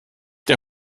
der